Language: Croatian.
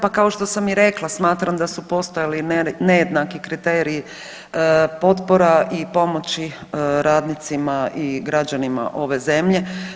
Da pa kao što sam i rekla, smatram da su postojali nejednaki kriteriji potpora i pomoći radnicima i građanima ove zemlje.